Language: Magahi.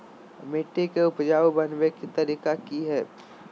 मिट्टी के उपजाऊ बनबे के तरिका की हेय?